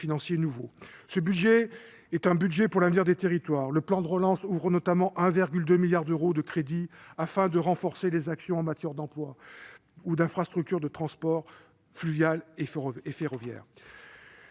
de finances est un budget pour l'avenir des territoires. Le plan de relance ouvre notamment 1,2 milliard d'euros de crédits pour soutenir les actions en matière d'emploi ou d'infrastructures de transport fluvial et ferroviaire.